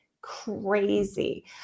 crazy